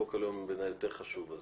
חוק הלאום הוא בעיניי יותר חשוב,